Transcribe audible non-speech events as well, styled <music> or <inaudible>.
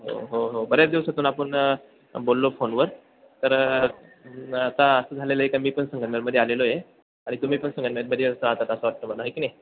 हो हो हो बऱ्याच दिवसातून आपण बोललो फोनवर तर आता असं झालेलं आहे की मी पण संगमनेरमध्ये आलेलो आहे आणि तुम्ही पण संगमनेरमध्ये असता <unintelligible> असं वाटतं मला आहे की नाही